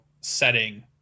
setting